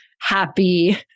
happy